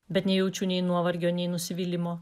bet nejaučiu nei nuovargio nei nusivylimo